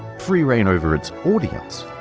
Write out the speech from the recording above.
free rein over its audience.